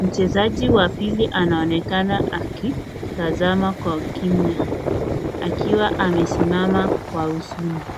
Mchezaji wa pili anaonekana akitazama kwa kimya akiwa amesimama kwa huzuni.